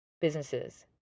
businesses